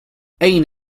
أين